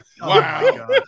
Wow